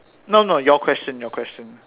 no no your question your question